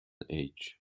age